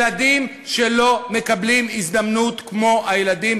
אלה ילדים שלא מקבלים הזדמנות כמו הילדים